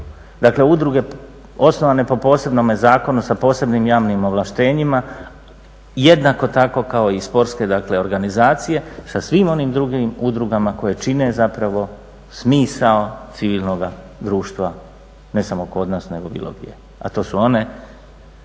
dakle udruge osnovane po posebnome zakonu sa posebnim javnim ovlaštenjima, jednako tako kao i sportske dakle organizacije sa svim onim drugim udrugama koje čine zapravo smisao civilnoga društva, ne samo kod nas nego bilo gdje,